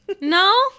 no